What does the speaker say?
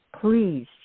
Please